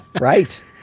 right